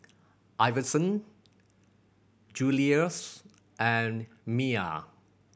Iverson Julious and Miah